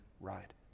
ride